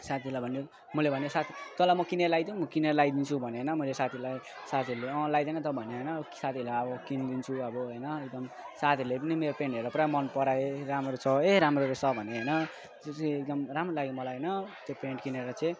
साथीहरूलाई भन्यो मैले भन्ने साथी तँलाई म किनेर ल्याइदिऊँ किनेर ल्याइदिन्छु भनेँ होइन मैले साथीलाई साथीहरूले अँ ल्याइदे न त भन्यो होइन साथीहरूले अब किनिदिन्छु अब होइन एकदम साथीहरूले पनि मेरो पेन्ट हेरेर पुरा मनपराए राम्रो छ ए राम्रो रहेछ भने होइन यो चाहिँ एकदम राम्रो लाग्यो मलाई होइन त्यो पेन्ट किनेर चाहिँ